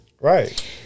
Right